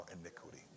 iniquity